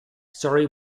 sorry